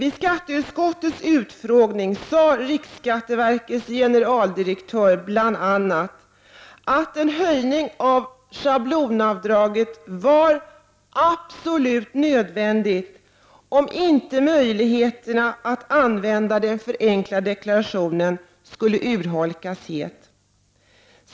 Vid skatteutskottets utfrågning sade riksskatteverkets generaldirektör Lennart Nilsson bl.a. att en höjning av schablonavdraget var ”absolut nödvändig om inte möjligheten att använda den förenklade deklarationen skall urholkas helt”.